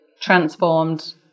transformed